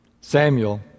Samuel